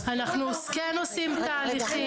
אנחנו כן עושים תהליכים.